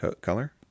color